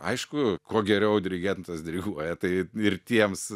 aišku kuo geriau dirigentas diriguoja tai ir tiems